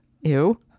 Ew